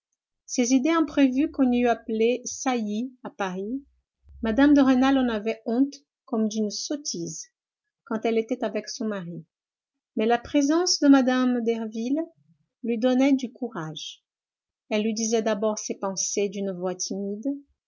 ces idées imprévues qu'on eût appelées saillies à paris mme de rênal en avait honte comme d'une sottise quand elle était avec son mari mais la présence de mme derville lui donnait du courage elle lui disait d'abord ses pensées d'une voix timide